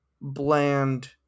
bland